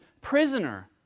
prisoner